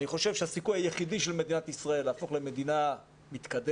אני חושב שהסיכוי היחידי של מדינת ישראל להפוך למדינה מתקדמת,